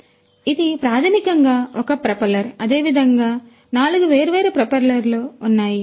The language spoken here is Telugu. కాబట్టి ఇది ప్రాథమికంగా ఒక ప్రొపెల్లర్ అదేవిధంగా 4 వేర్వేరు ప్రొపెల్లర్లు ఉన్నాయి